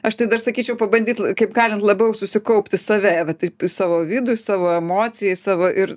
aš tai dar sakyčiau pabandyt kaip galint labiau susikaupt į save va taip į savo vidų į savo emociją į savo ir